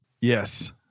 Yes